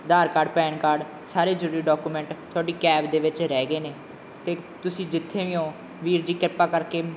ਆਧਾਰ card PAN card ਸਾਰੇ ਜਿਹੜੇ document ਤੁਹਾਡੀ ਕੈਬ ਦੇ ਵਿੱਚ ਰਹਿ ਗਏ ਨੇ ਅਤੇ ਤੁਸੀਂ ਜਿੱਥੇ ਵੀ ਹੋ ਵੀਰ ਜੀ ਕਿਰਪਾ ਕਰਕੇ